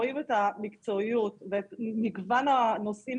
רואים את המקצועיות ואת מגוון הנושאים